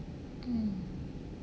mm